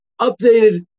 updated